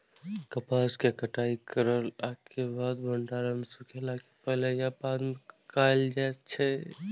कपास के कटाई करला के बाद भंडारण सुखेला के पहले या बाद में कायल जाय छै?